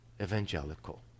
evangelical